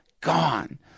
gone